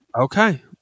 Okay